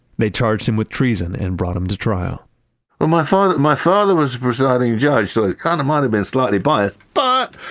they charged him with treason and brought him to trial well, my father my father was the presiding judge, so it kind of might've been slightly biased, but,